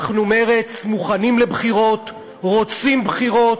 אנחנו, מרצ, מוכנים לבחירות, רוצים בחירות.